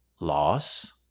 loss